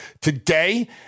Today